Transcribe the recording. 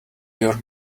your